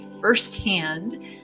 firsthand